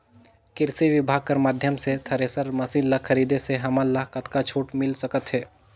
कृषि विभाग कर माध्यम से थरेसर मशीन ला खरीदे से हमन ला कतका छूट मिल सकत हे?